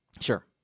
Sure